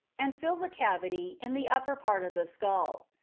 and fills a cavity in the upper part of the skull.